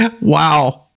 Wow